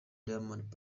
diamond